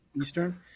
Eastern